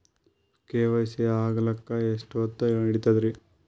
KYC ಆಗಲಕ್ಕ ಎಷ್ಟ ಹೊತ್ತ ಹಿಡತದ್ರಿ?